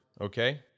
okay